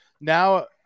Now